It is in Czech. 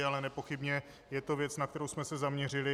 Ale nepochybně je to věc, na kterou jsme se zaměřili.